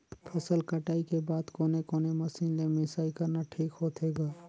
फसल कटाई के बाद कोने कोने मशीन ले मिसाई करना ठीक होथे ग?